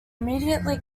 immediately